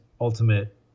ultimate